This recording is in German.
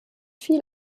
viel